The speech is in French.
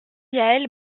yaël